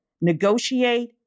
negotiate